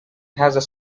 has